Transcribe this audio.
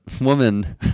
woman